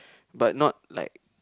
but not like